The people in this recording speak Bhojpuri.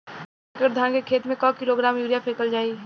एक एकड़ धान के खेत में क किलोग्राम यूरिया फैकल जाई?